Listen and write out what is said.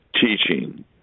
teaching